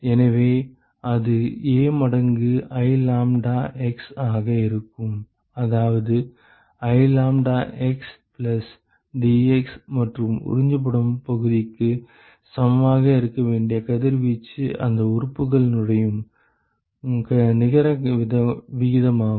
எனவே அது A மடங்கு I லாம்ப்டா x ஆக இருக்கும் அதாவது I lambda x plus dx மற்றும் உறிஞ்சப்படும் பகுதிக்கு சமமாக இருக்க வேண்டிய கதிர்வீச்சு அந்த உறுப்புக்குள் நுழையும் நிகர விகிதமாகும்